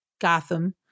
Gotham